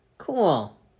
Cool